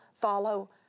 follow